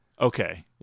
Okay